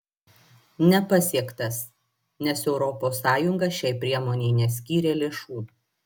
nepasiektas nes europos sąjunga šiai priemonei neskyrė lėšų